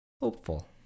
hopeful